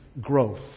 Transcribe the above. growth